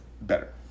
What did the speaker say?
Better